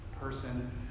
person